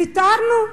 ויתרנו?